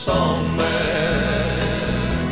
Songman